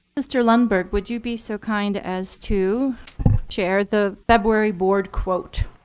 mr. lundberg, would you be so kind as to share the february board quote.